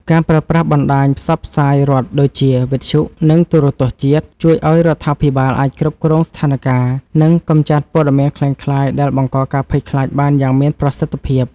ការប្រើប្រាស់បណ្ដាញផ្សព្វផ្សាយរដ្ឋដូចជាវិទ្យុ និងទូរទស្សន៍ជាតិ ជួយឱ្យរដ្ឋាភិបាលអាចគ្រប់គ្រងស្ថានការណ៍ និងកម្ចាត់ព័ត៌មានក្លែងក្លាយដែលបង្កការភ័យខ្លាចបានយ៉ាងមានប្រសិទ្ធភាព។